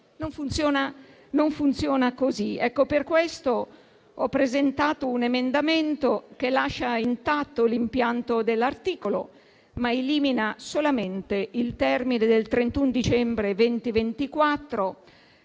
non funziona così. Per questo ho presentato un emendamento che lascia intatto l'impianto dell'articolo ed elimina solamente il termine del 31 dicembre 2024,